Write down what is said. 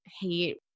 hate